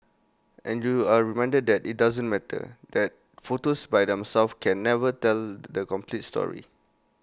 and you are reminded that IT doesn't matter that photos by themselves can never tell the complete story